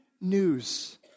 news